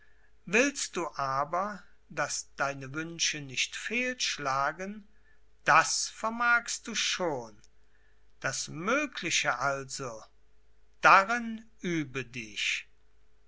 willst du aber daß deine wünsche nicht fehlschlagen das vermagst du schon das mögliche also darin übe dich